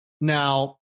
Now